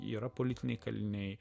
yra politiniai kaliniai